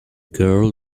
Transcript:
girl